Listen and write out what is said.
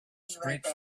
streets